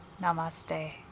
Namaste